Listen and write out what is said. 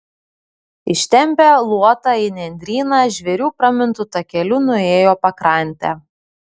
ištempę luotą į nendryną žvėrių pramintu takeliu nuėjo pakrante